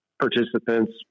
participants